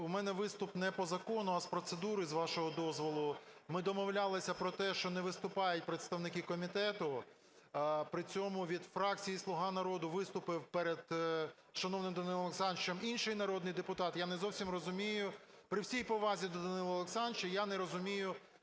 у мене виступ не по закону, а з процедури з вашого дозволу. Ми домовлялися про те, що не виступають представники комітету. При цьому від фракції "Слуга народу" виступив перед шановним Данилом Олександровичем інший народний депутат. Я не зовсім розумію, при всій повазі до Данила Олександровича, я не розумію,